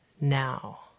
now